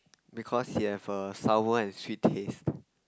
because it have a sour and sweet taste